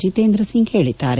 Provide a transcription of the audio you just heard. ಜಿತೇಂದ್ರ ಸಿಂಗ್ ಹೇಳಿದ್ದಾರೆ